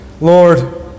Lord